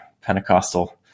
pentecostal